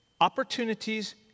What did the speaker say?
opportunities